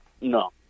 No